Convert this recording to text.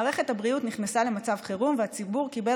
מערכת הבריאות נכנסה למצב חירום והציבור קיבל